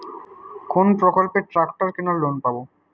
কোন প্রকল্পে ট্রাকটার কেনার লোন পাব?